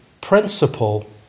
principle